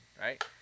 right